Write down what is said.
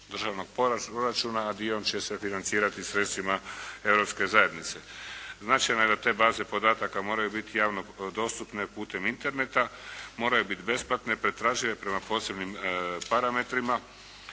državnog proračuna, a dio će se financirati sredstvima Europske zajednice. Značajno je da te baze podataka moraju biti javno dostupne putem interneta, moraju biti besplatne, pretražive prema posebnim parametrima